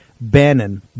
Bannon